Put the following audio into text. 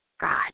God